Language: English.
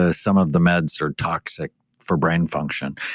ah some of the meds are toxic for brain function.